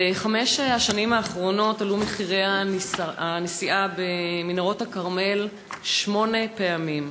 בחמש השנים האחרונות עלו מחירי הנסיעה במנהרות הכרמל שמונה פעמים,